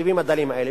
התקציבים הדלים האלה.